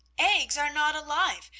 eggs are not alive,